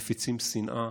מפיצים שנאה,